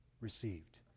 received